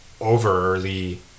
overly